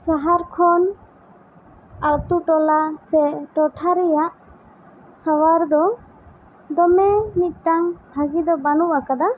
ᱥᱟᱦᱟᱨ ᱠᱷᱚᱱ ᱟᱛᱳ ᱴᱚᱞᱟ ᱥᱮ ᱴᱚᱴᱷᱟ ᱨᱮᱭᱟᱜ ᱥᱟᱶᱟᱨ ᱫᱚ ᱫᱚᱢᱮ ᱢᱤᱫᱴᱟᱝ ᱵᱷᱟᱜᱮ ᱫᱚ ᱵᱟᱹᱱᱩᱜ ᱟᱠᱟᱫᱟ